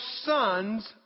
sons